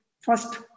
first